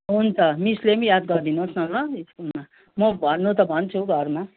हुन्छ मिसले पनि याद गरिदिनुहोस् न ल स्कुलमा म भन्नु त भन्छु घरमा